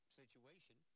situation